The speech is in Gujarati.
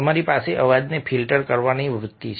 તમારી પાસે અવાજને ફિલ્ટર કરવાની વૃત્તિ છે